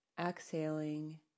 Exhaling